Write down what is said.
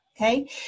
okay